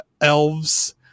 elves